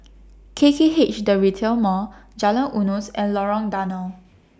K K H The Retail Mall Jalan Eunos and Lorong Danau